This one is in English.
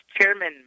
Chairman